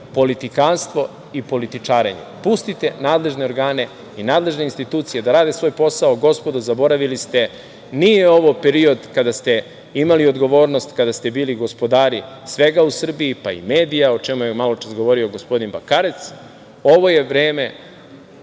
politikanstvo i političarenje. Pustite nadležne organe i nadležne institucije da rade svoj posao. Gospodo, zaboravili ste, nije ovo period kada ste imali odgovornost, kada ste bili gospodari svega u Srbiji, pa i medija, o čemu je maločas govorio gospodin Bakarec. Ovo je vreme